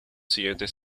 siguientes